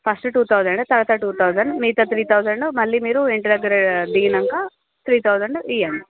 first two thousand తర్వాత two thousand మిగితా three thousand మళ్ళీ మీరు ఇంటి దగ్గర దిగినంక త్రీ థౌసండ్ ఇయ్యండి